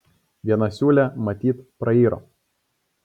viena siūlė matyt prairo